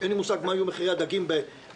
אין לי מושג מה יהיו מחירי הדגים בעולם